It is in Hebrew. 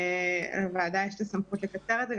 לוועדה יש סמכות לקצר את זה.